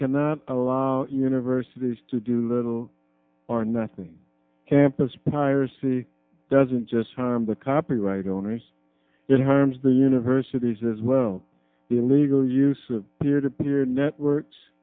cannot allow universities to do little or nothing campus piracy doesn't just harm the copyright owners it harms the universities as well the illegal use of peer to peer networks